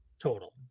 total